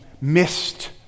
missed